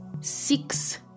Six